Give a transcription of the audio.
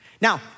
Now